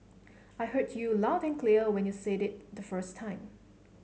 I heard you loud and clear when you said it the first time